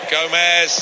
Gomez